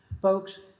Folks